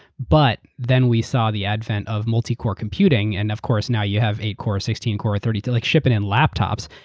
but then we saw the advent of multi-core computing and of course now you have eight core, sixteen core, thirty two, like shipping in laptops.